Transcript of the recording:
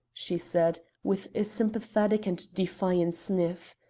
she said, with a sympathetic and defiant sniff.